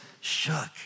shook